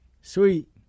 sweet